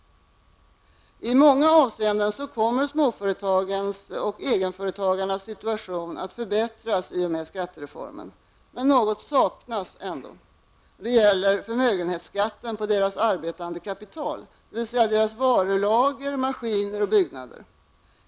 I många avseenden kommer småföretagens och egenföretagarnas situation att förbättras i och med skattereformen. Men något saknas ändå. Det gäller förmögenhetsskatten på deras arbetande kapital, dvs. deras varulager, maskiner och byggnader.